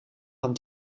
van